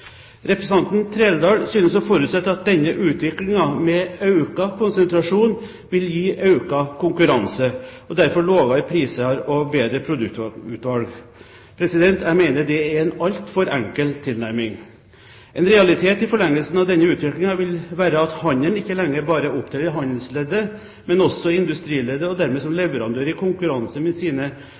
Representanten Trældal synes å forutsette at utviklingen med økt konsentrasjon vil gi økt konkurranse og derfor lavere priser og bedre produktutvalg. Jeg mener det er en altfor enkel tilnærming. En realitet i forlengelsen av denne utviklingen vil være at handelen ikke lenger bare opptrer i handelsleddet, men også i industrileddet og dermed som leverandør i konkurranse med sine